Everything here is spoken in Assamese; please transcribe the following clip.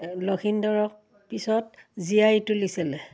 লখিন্দৰক পিছত জিয়াই তুলিছিলে